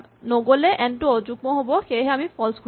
নগ'লে এন টো অযুগ্ম সেয়েহে আমি ফল্চ ঘূৰাম